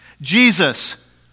Jesus